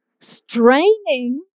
straining